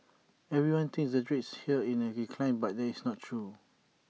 everyone thinks the trades here are in the decline but this is not true